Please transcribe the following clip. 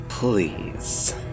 Please